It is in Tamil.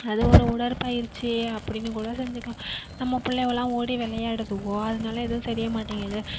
அது ஒரு உடற்பயிற்சி அப்படீன்னு கூட செஞ்சிக்கலாம் நம்ம பிள்ளைவோலாம் ஓடி விளையாடுதுவோ அதனால் எதுவும் தெரிய மாட்டேங்கிது